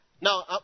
Now